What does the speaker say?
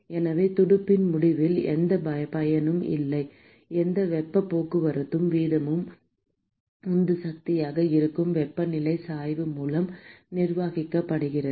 எனவே துடுப்பின் முடிவில் எந்தப் பயனும் இல்லை எந்த வெப்பப் போக்குவரத்து வீதமும் உந்து சக்தியாக இருக்கும் வெப்பநிலை சாய்வு மூலம் நிர்வகிக்கப்படுகிறது